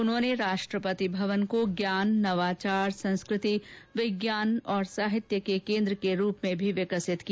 उन्होंने राष्ट्रपति भवन को ज्ञान नवाचार संस्कृति विज्ञान और साहित्य के केन्द्र के रूप में भी विकसित किया